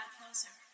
closer